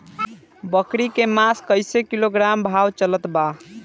बकरी के मांस कईसे किलोग्राम भाव चलत बा?